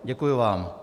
Děkuju vám.